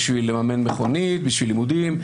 בשביל לממן מכונית, בשביל לימודים.